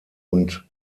und